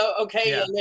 Okay